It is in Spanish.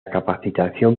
capacitación